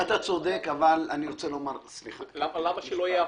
למה שלא יהיה הפוך?